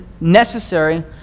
necessary